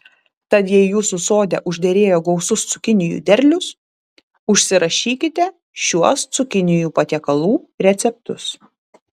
tad jei jūsų sode užderėjo gausus cukinijų derlius užsirašykite šiuos cukinijų patiekalų receptus